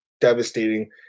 devastating